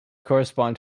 correspond